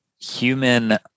human